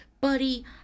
buddy